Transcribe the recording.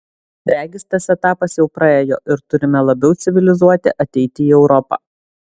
regis tas etapas jau praėjo ir turime labiau civilizuoti ateiti į europą